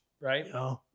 right